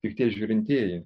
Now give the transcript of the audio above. tik tie žiūrintieji